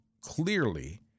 clearly